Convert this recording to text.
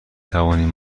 توانیم